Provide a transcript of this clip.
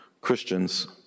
Christians